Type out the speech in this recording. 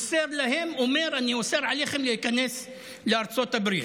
אומר: אני אוסר עליכם להיכנס לארצות הברית.